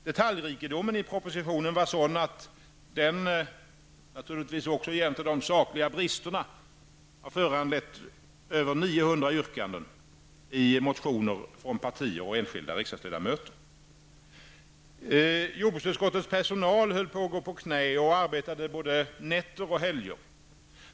Detaljrikedomen i propositionen var sådan, att den jämte de direkt sakliga bristerna, föranledde över 900 yrkanden i motioner från partier och enskilda ledamöter. Jordbruksutskottets personal gick på knä och arbetade både nätter och helger.